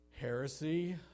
heresy